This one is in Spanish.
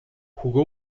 jugó